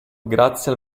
grazie